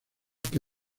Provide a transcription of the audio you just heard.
que